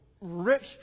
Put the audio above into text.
rich